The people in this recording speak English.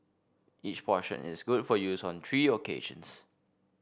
each portion is good for use on three occasions